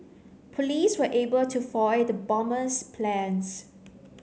police were able to foil the bomber's plans